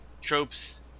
tropes